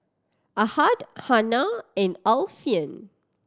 Ahad Hana and Alfian